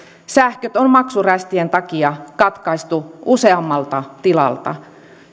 sähköt on maksurästien takia katkaistu useammalta tilalta